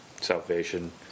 salvation